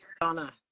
donna